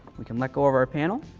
we can let go of our panel,